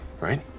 right